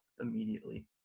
immediately